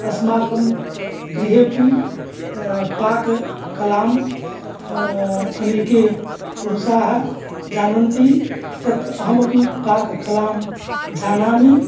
अस्माकं गृहेऽपि पाककलां अनेके पुरुषाः जानन्ति तत् अहमपि पाककलां जानामि